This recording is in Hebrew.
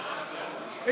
לעצמכם.